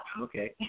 Okay